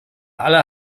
alle